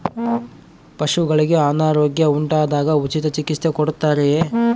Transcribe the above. ಪಶುಗಳಿಗೆ ಅನಾರೋಗ್ಯ ಉಂಟಾದಾಗ ಉಚಿತ ಚಿಕಿತ್ಸೆ ಕೊಡುತ್ತಾರೆಯೇ?